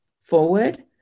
forward